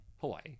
Hawaii